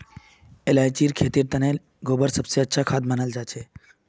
इलायचीर खेतीर तने गोबर सब स अच्छा खाद मनाल जाछेक